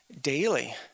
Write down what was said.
daily